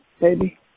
baby